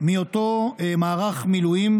מאותו מערך מילואים